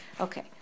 Okay